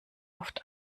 oft